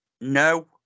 no